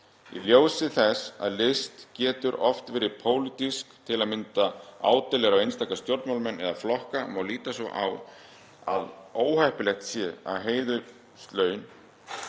Í ljósi þess að list getur oft verið pólitísk, til að mynda ádeilur á einstaka stjórnmálamenn eða flokka, má líta svo á að óheppilegt sé að hinir sömu